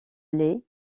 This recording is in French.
les